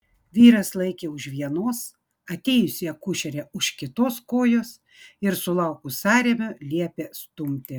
vyras laikė už vienos atėjusi akušerė už kitos kojos ir sulaukus sąrėmio liepė stumti